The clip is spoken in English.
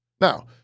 Now